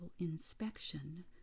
inspection